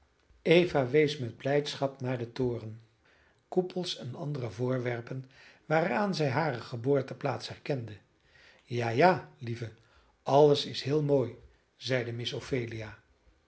eva wees met blijdschap naar den toren koepels en andere voorwerpen waaraan zij hare geboorteplaats herkende ja ja lieve alles is heel mooi zeide miss ophelia